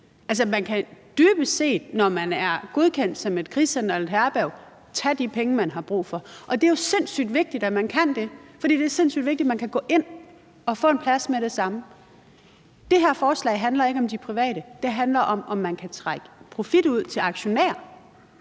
Man kan dybest set, når man er godkendt som et krisecenter eller et herberg, tage de penge, man har brug for, og det er jo sindssygt vigtigt, at man kan det, for det er sindssygt vigtigt, at folk kan gå ind og få en plads med det samme. Det her forslag handler ikke om de private. Det handler om, om man kan trække profit ud til aktionærer.